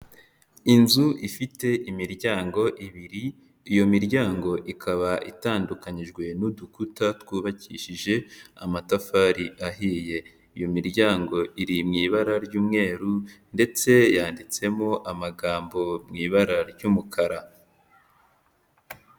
Inzu ifite imiryango ibiri iyo miryango ikaba itandukanyijwe n'udukuta twubakishije amatafari ahiye iyo miryango iri m'i ibara ry'umweru ndetse yanditsemo amagambo m'ibara ry'umukara.